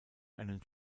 einen